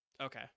okay